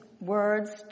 words